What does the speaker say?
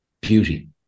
beauty